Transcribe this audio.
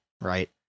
right